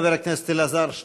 חבר הכנסת אלעזר שטרן,